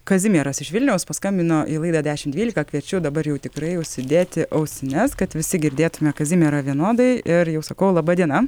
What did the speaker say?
kazimieras iš vilniaus paskambino į laidą dešimt dvylika kviečiu dabar jau tikrai užsidėti ausines kad visi girdėtume kazimierą vienodai ir jau sakau laba diena